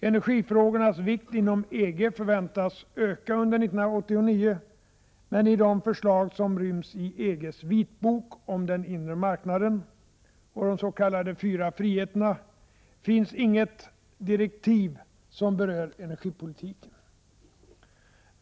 Energifrågornas vikt inom EG förväntas öka under 1989, men i de förslag som ryms i EG:s vitbok om den inre marknaden och de s.k. fyra friheterna finns inget direktiv som berör energipolitiken.